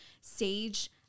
sage